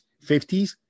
50s